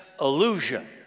illusion